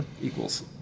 equals